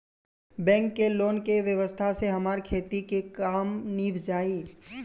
bank के loan के व्यवस्था से हमार खेती के काम नीभ जाई